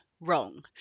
wrong